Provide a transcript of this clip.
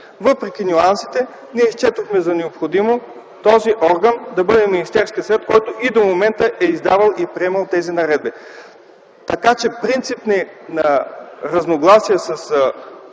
Въпреки нюансите счетохме за необходимо този орган да бъде Министерският съвет, който и до момента е издавал и приемал тези наредби. Принципни разногласия с